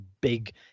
big